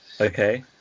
Okay